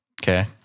Okay